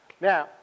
Now